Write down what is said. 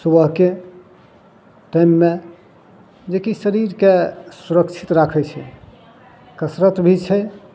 सुबहके टाइममे जे कि शरीरके सुरक्षित राखय छै कसरत भी छै